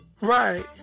Right